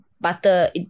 butter